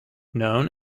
known